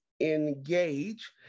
Engage